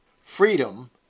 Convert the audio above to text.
Freedom